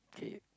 okay